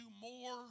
more